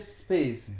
space